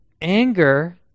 anger